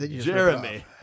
Jeremy